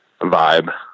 vibe